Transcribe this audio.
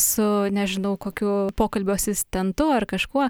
su nežinau kokiu pokalbio asistentu ar kažkuo